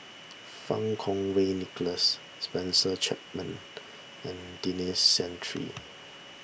Fang Kuo Wei Nicholas Spencer Chapman and Denis Santry